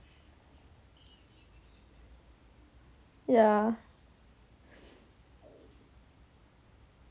yeah